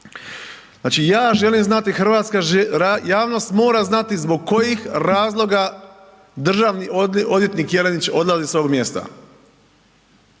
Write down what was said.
Znači ja želim znati, hrvatska javnost mora znati zbog kojih razloga državni odvjetnik Jelenić odlazi s ovog mjesta.